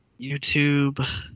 YouTube